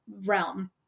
realm